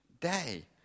day